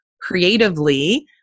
creatively